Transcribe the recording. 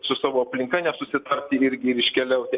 su savo aplinka nesusitarti irgi ir iškeliauti